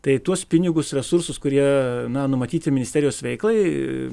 tai tuos pinigus resursus kurie na numatyti ministerijos veiklai